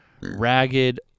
ragged